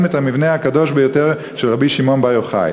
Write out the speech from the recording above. את המבנה הקדוש ביותר של רבי שמעון בר יוחאי.